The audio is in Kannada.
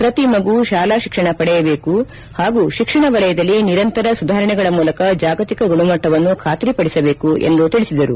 ಪ್ರತಿ ಮಗು ಶಾಲಾ ಶಿಕ್ಷಣ ಪಡೆಯಬೇಕು ಹಾಗೂ ಶಿಕ್ಷಣ ವಲಯದಲ್ಲಿ ನಿರಂತರ ಸುಧಾರಣೆಗಳ ಮೂಲಕ ಜಾಗತಿಕ ಗುಣಮಟ್ಟವನ್ನು ಖಾತೆರಿಪದಿಸಬೇಕು ಎಂದು ತಿಳಿಸಿದರು